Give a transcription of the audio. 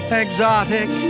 exotic